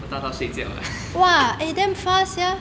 我搭到睡觉 eh